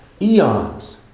eons